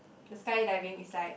the skydiving is like